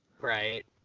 Right